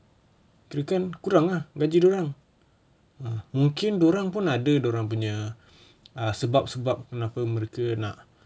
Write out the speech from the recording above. kan kurang lah gaji dia orang ah mungkin dia orang pun ada dia orang punya err sebab-sebab kenapa mereka nak